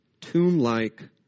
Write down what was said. tomb-like